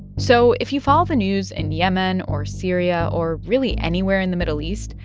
so if you follow the news in yemen or syria or really anywhere in the middle east,